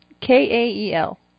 K-A-E-L